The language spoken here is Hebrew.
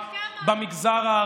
תגיד, כמה?